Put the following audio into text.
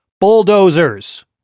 Bulldozers